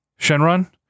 Shenron